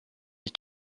les